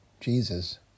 Jesus